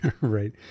Right